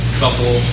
couple